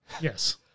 Yes